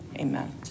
amen